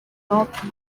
health